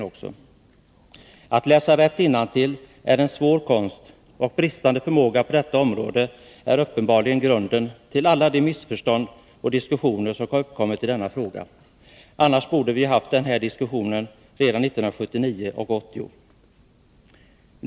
i samhällsoch Att läsa rätt innantill är en svår konst, och bristande förmåga på detta naturorienterande område är uppenbarligen grunden till alla de missförstånd och diskussioner ämnen som uppkommit i denna fråga, annars borde vi ju haft den här diskussionen redan 1979 och 1980.